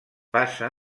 passa